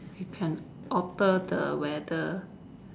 we can alter the weather